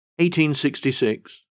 1866